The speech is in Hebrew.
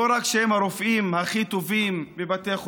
לא רק שהם הרופאים הכי טובים בבתי החולים,